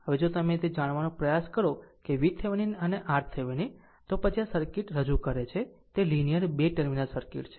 હવે જો તમે તે જાણવાનું પ્રયાસ કરો કે VThevenin અને RThevenin તો પછી આ સર્કિટ રજૂ કરે છે તે લીનીયર 2 ટર્મિનલ સર્કિટ છે